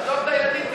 עזוב את הילדים,